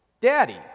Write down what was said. Daddy